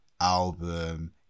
album